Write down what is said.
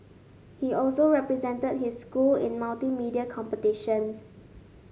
he also represented his school in multimedia competitions